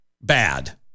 bad